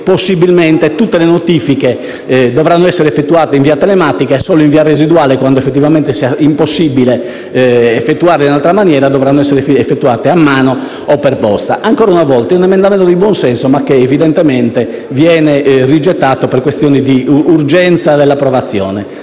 possibilmente, tutte le notifiche dovranno essere effettuate in via telematica e solo in via residuale, quando sia effettivamente impossibile effettuarle in altra maniera, dovranno essere effettuate a mano o per posta. Ancora una volta si tratta di un emendamento di buon senso, che evidentemente viene rigettato per questioni di urgenza nell'approvazione